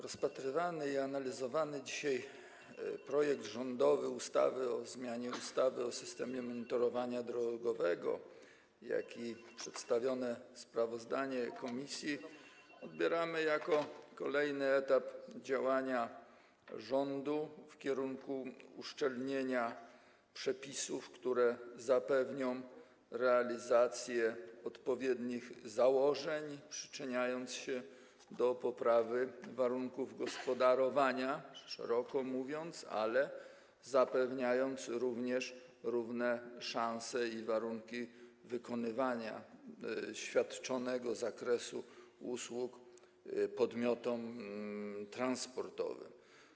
Rozpatrywany i analizowany dzisiaj rządowy projekt ustawy o zmianie ustawy o systemie monitorowania drogowego i przedstawione sprawozdanie komisji odbieramy jako kolejny etap działania rządu w kierunku uszczelnienia przepisów, które zapewnią realizację odpowiednich założeń, przyczyniając się do poprawy warunków gospodarowania, szeroko mówiąc, ale zapewnią również równe szanse i warunki wykonywania świadczonego zakresu usług podmiotom transportowym.